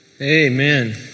Amen